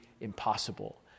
impossible